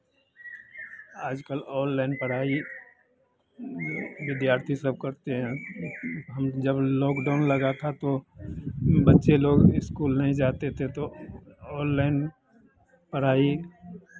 आज कल ऑनलाइन पढ़ाई विद्यार्थी सब करते हैं हम जब लॉकडाउन लगा था तो बच्चे लोग इस्कूल नहीं जाते थे तो ऑनलाइन पढ़ाई